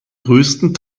größten